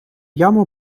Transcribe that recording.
яму